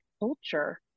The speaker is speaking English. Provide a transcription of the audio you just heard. culture